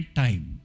time